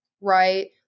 Right